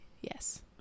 yes